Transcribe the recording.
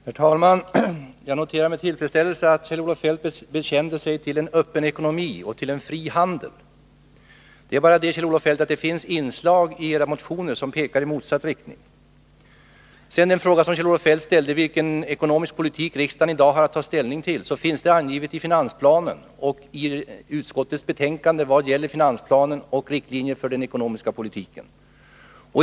Herr talman! Jag noterar med tillfredsställelse att Kjell-Olof Feldt bekände sig till en öppen ekonomi och till en fri handel. Det är bara det, Kjell-Olof Feldt, att det finns inslag i era motioner som pekar i motsatt riktning. Sedan ställde Kjell-Olof Feldt frågan, vilken ekonomisk politik riksdagen i dag har att ta ställning till. Detta finns angivet i finansplanen och i utskottets betänkande vad gäller finansplanen och riktlinjer för den ekonomiska politiken.